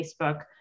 Facebook